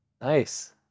Nice